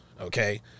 okay